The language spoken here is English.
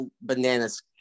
bananas